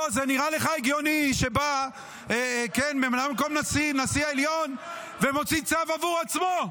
זה נראה לך הגיוני שבא ממלא מקום נשיא העליון ומוציא צו עבור עצמו,